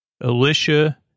Alicia